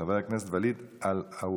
חבר הכנסת ואליד אלהואשלה,